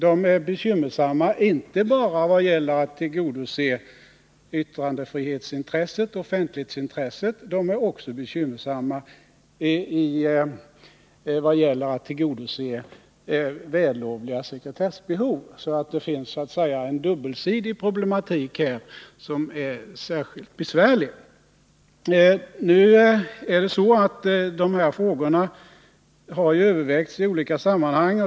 De är bekymmersamma inte bara vad gäller att tillgodose yttrandefrihetsintresset och offentlighetsintresset, de är också bekymmersamma vad gäller att tillgodose vällovliga sekretessbehov. Det finns så att säga en dubbelsidig problematik här som är särskilt besvärlig. Dessa frågor har övervägts i olika sammanhang.